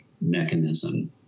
mechanism